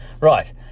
Right